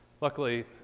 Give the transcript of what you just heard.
luckily